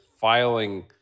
filing